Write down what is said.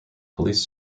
police